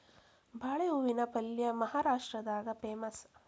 ಬಾಳೆ ಹೂವಿನ ಪಲ್ಯೆ ಮಹಾರಾಷ್ಟ್ರದಾಗ ಪೇಮಸ್